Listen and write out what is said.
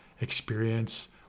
experience